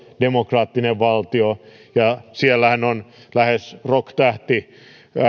demokraattinen valtio ja siellähän on lähes rocktähti